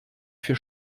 für